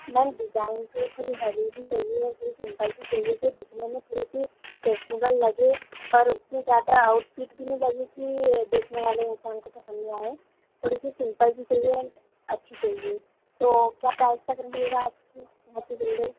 ma'am design तो थोड़ी heavy भी चाहिए और थोड़ी सिम्पल सी चाहिए जो दिखने में थोड़ी सी फैशनेबल लगे पर उतनी ज्यादा आउटफिट भी नी लगे कि देखने वाले इंसान को पसंद नी आए थोड़ी सी सिम्पल भी चहिए एण्ड अच्छी चहिए तो क्या प्राइस तक मिलेगा आपके यहाँ के जोड़े